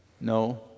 No